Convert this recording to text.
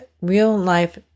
real-life